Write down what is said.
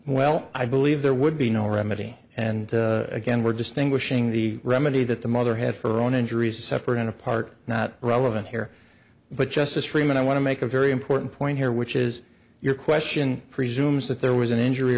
well i believe there would be no remedy and again we're distinguishing the remedy that the mother had for own injuries is separate and apart not relevant here but justice freeman i want to make a very important point here which is your question presumes that there was an injury